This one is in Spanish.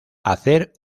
hacer